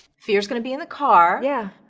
fear is gonna be in the car, yeah.